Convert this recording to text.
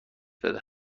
بده